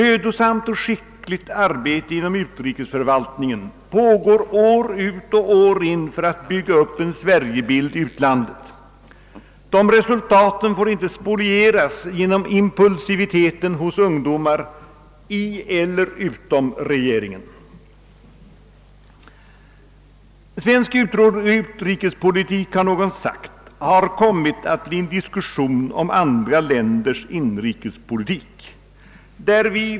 År ut och år in pågår inom utrikesförvaltningen ett mödosamt och skickligt utfört arbete för att bygga upp en sverigebild i utlandet. De resultaten får inte spolieras genom impulsiviteten hos ungdomar i eller utom regeringen. Svensk utrikespolitik — har någon sagt — har kommit att bli en diskussion om andra länders inrikespolitik.